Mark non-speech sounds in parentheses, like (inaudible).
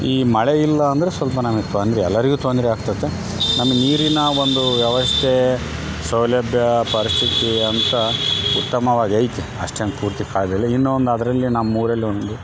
ಈ ಮಳೆ ಇಲ್ಲ ಅಂದ್ರೆ ಸ್ವಲ್ಪ ನಮಗೆ ತೊಂದ್ರೆ ಎಲ್ಲರಿಗೂ ತೊಂದ್ರೆ ಆಗ್ತತೆ ನಮಗ್ ನೀರಿನ ಒಂದು ವ್ಯವಸ್ಥೆ ಸೌಲಭ್ಯ ಪರಿಸ್ಥಿತಿ ಅಂತ ಉತ್ತಮವಾಗಿ ಐತೆ ಅಷ್ಟೇನು ಪೂರ್ತಿ (unintelligible) ಇನ್ನೊಂದು ಅದರಲ್ಲೇ ನಮ್ಮ ಊರಲ್ಲೇ ಒಂದು